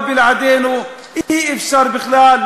אבל בלעדינו אי-אפשר בכלל.